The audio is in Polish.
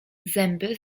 zęby